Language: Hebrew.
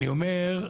אני אומר,